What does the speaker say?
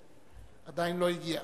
עדיין לא הגיע.